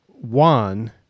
one